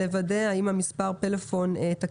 אפשר יהיה לוודא האם מספר הפלאפון של